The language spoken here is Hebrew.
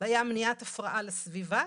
והיה מניעת הפרעה לסביבה.